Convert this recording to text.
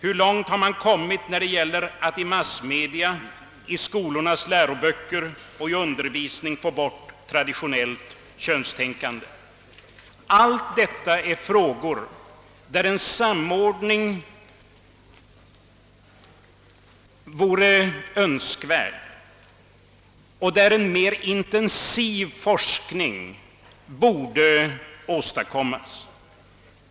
Hur långt har man kommit när det gäller att i massmedia och skolor nas läroböcker och undervisning få bort traditionellt könsrollstänkande? Allt detta är frågor där en samordning vore önskvärd och där en mera intensiv forskning borde åstadkommas.